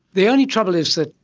the only trouble is that,